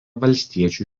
valstiečių